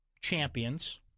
champions